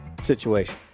situation